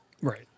Right